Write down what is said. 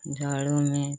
जाड़ों में